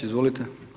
Izvolite.